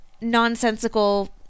nonsensical